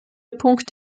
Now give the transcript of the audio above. punkt